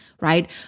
right